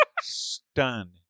Stunned